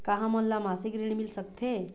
का हमन ला मासिक ऋण मिल सकथे?